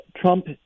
Trump